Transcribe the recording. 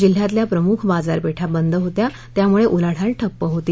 जिल्ह्यातल्या प्रमुख बाजारपेठा बंद होत्या त्यामुळे उलाढाल ठप्प होती